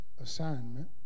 assignment